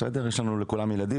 לכולנו יש ילדים.